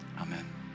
Amen